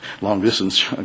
long-distance